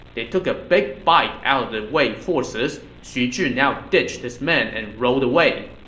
they took a big bite out of the wei forces. xu zhi now ditched his men and rode away.